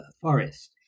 forest